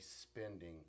spending